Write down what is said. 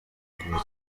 kuva